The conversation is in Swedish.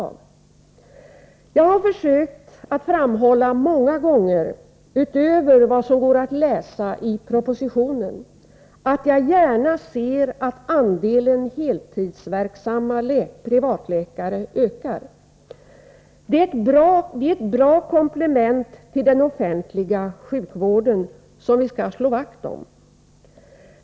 Jag har många gånger försökt att framhålla — utöver vad som går att läsa i propositionen — att jag gärna ser att andelen heltidsverksamma privatläkare ökar. De är ett bra komplement till den offentliga sjukvården, som vi skall slå vakt om.